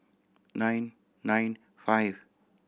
nine nine five